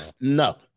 no